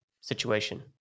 situation